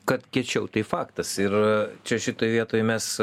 kad kiečiau tai faktas ir čia šitoj vietoj mes